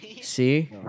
See